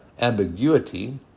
ambiguity